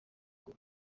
ngo